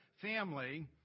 family